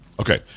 Okay